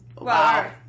wow